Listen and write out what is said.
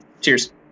cheers